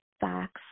facts